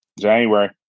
January